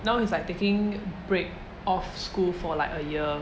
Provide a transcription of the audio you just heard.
now he's like taking a break off school for like a year